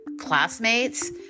classmates